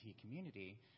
community